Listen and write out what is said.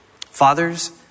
Fathers